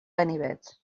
ganivet